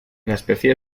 especie